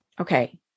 okay